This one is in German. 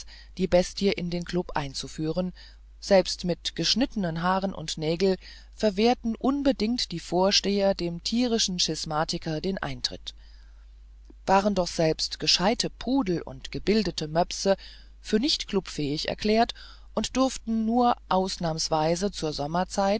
die bestie in den klub einzuführen selbst mit verschnittenen haaren und nägeln verwehrten unbedingt die vorsteher dem tierischen schismatiker den eintritt waren doch selbst gescheite pudel und gebildete möpse für nicht klubfähig erklärt und durften nur ausnahmsweise zur sommerzeit